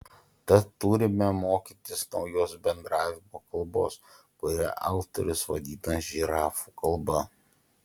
tad turime mokytis naujos bendravimo kalbos kurią autorius vadina žirafų kalba